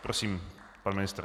Prosím, pan ministr.